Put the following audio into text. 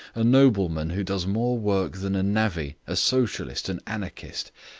a nobleman who does more work than a navvy, a socialist, an anarchist,